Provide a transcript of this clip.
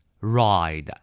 Ride